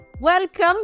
welcome